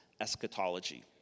eschatology